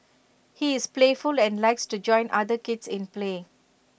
he is playful and likes to join other kids in play